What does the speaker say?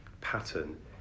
pattern